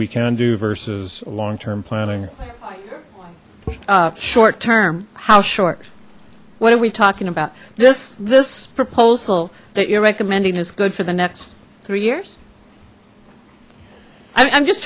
we can do versus a long term planning short term how short what are we talking about this this proposal that you're recommending is good for the next three years i'm just